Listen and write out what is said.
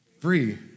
Free